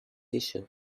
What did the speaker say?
issue